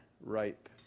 ripe